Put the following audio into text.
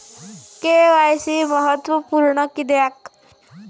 KYC महत्त्वपुर्ण किद्याक?